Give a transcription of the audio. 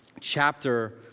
chapter